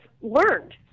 learned